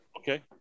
Okay